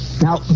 Now